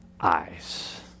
eyes